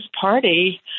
party